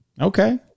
Okay